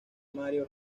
mario